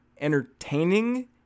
entertaining